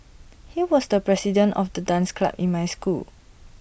he was the president of the dance club in my school